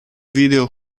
video